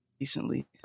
recently